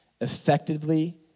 effectively